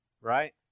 right